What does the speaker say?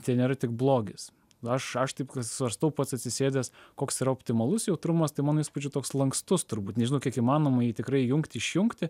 tai nėra tik blogis aš aš taip svarstau pats atsisėdęs koks yra optimalus jautrumas tai mano įspūdžiu toks lankstus turbūt nežinau kiek įmanoma jį tikrai įjungti išjungti